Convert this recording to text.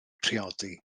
priodi